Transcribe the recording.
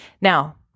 Now